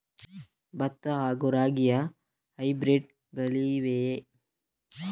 ಭತ್ತ ಹಾಗೂ ರಾಗಿಯ ಹೈಬ್ರಿಡ್ ಗಳಿವೆಯೇ?